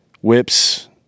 whips